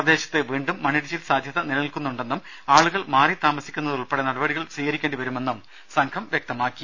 പ്രദേശത്ത് വീണ്ടും മണ്ണിടിച്ചിൽ സാധ്യത നിലനിൽക്കുന്നുണ്ടെന്നും ആളുകൾ മാറി താമസിക്കുന്നത് ഉൾപ്പെടെ നടപടികൾ സ്വീകരിക്കേണ്ടിവരുമെന്നും സംഘം വ്യക്തമാക്കി